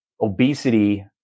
obesity